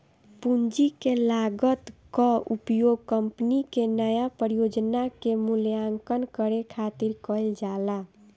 पूंजी के लागत कअ उपयोग कंपनी के नया परियोजना के मूल्यांकन करे खातिर कईल जाला